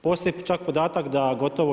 Postoji čak podatak da gotovo 4/